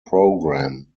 program